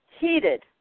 heated